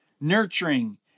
nurturing